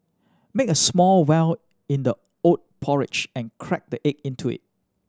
make a small well in the oat porridge and crack the egg into it